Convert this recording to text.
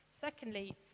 Secondly